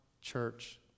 church